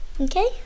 Okay